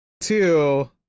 two